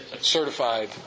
certified